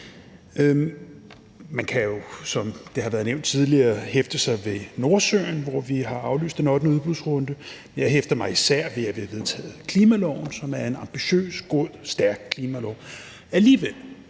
Man kan jo, som det har været nævnt tidligere, hæfte sig ved Nordsøen, hvor vi har aflyst den ottende udbudsrunde. Jeg hæfter mig især ved, at vi har vedtaget en klimalov, som er en ambitiøs, god, stærk klimalov. Alligevel,